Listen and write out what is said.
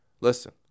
Listen